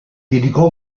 dedicò